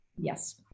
Yes